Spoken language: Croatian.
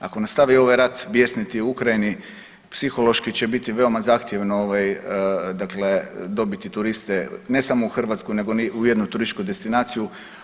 Ako nastavi ovaj rat bijesniti u Ukrajini psihološki će biti veoma zahtjevno, dakle dobiti turiste ne samo u Hrvatsku nego ni u jednu turističku destinaciju.